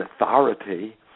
authority